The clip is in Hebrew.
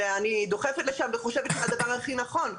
ואני דוחפת לשם וחושבת שזה הדבר הכי נכון,